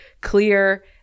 clear